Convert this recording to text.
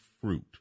fruit